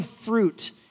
fruit